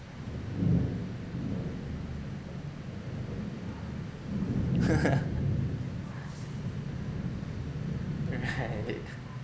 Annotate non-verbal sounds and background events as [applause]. [laughs] right [laughs]